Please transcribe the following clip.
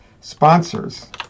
sponsors